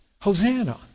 Hosanna